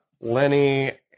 Lenny